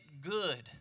good